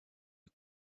you